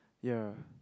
ya